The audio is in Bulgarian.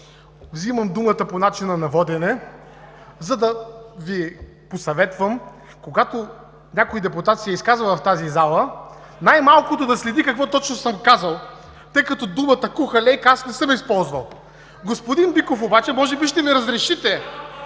вземам думата по начина на водене, за да Ви посъветвам, когато някой депутат се изказва в тази зала, най-малкото да следи какво точно съм казал, тъй като думите „куха лейка“ аз не съм използвал. Господин Биков обаче – може би ще ми разрешите